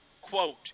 Quote